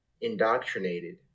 indoctrinated